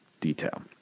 detail